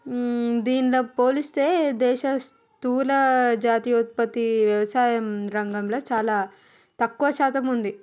దీనితో పోలిస్తే దేశ స్థూల జాతీయోత్పత్తి వ్యవసాయం రంగంలో చాలా తక్కువ శాతం ఉంది